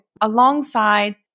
alongside